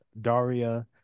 Daria